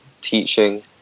teaching